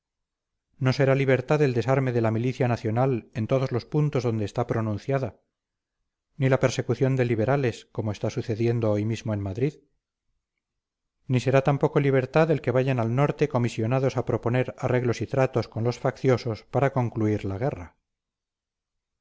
no será libertad el desarme de la milicia nacional en todos los puntos donde está pronunciada ni la persecución de liberales como está sucediendo hoy mismo en madrid ni será tampoco libertad el que vayan al norte comisionados a proponer arreglos y tratos con los facciosos para concluir la guerra